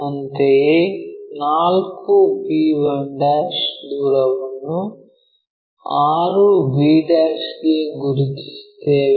ಅಂತೆಯೇ 4 b1 ದೂರವನ್ನು 6 b ಗೆ ಗುರುತಿಸುತ್ತೇವೆ